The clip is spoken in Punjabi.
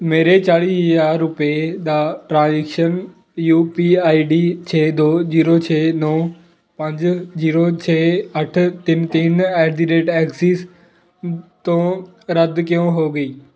ਮੇਰੇ ਚਾਲੀ ਹਜ਼ਾਰ ਰੁਪਏ ਦਾ transaction U P I D ਛੇ ਦੋ ਜੀਰੋ ਛੇ ਨੌਂ ਪੰਜ ਜੀਰੋ ਛੇ ਅੱਠ ਤਿੰਨ ਤਿੰਨ ਐਟ ਦੀ ਰੇਟ ਐਕਸਿਸ ਤੋਂ ਰੱਦ ਕਿਉਂ ਹੋ ਗਈ